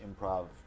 improv